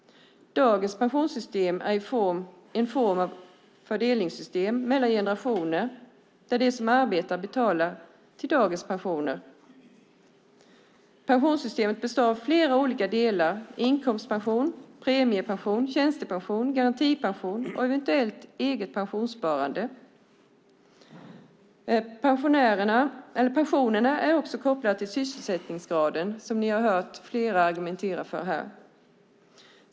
Dagens pensionssystem är en form av fördelningssystem mellan generationer, där de som arbetar betalar till dagens pensionärer. Pensionssystemet består av flera olika delar: inkomstpension, premiepension, tjänstepension, garantipension och eventuellt eget pensionssparande. Pensionerna är också kopplade till sysselsättningsgraden, som ni har hört flera argumentera för här.